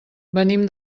venim